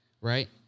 right